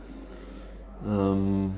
um